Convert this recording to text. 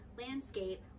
landscape